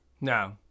No